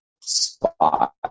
spot